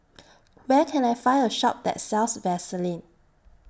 Where Can I Find A Shop that sells Vaselin